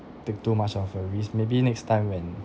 take too much of a risk maybe next time when